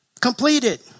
completed